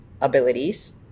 abilities